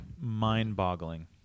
mind-boggling